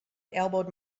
elbowed